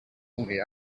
only